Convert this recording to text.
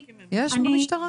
יש משטרה?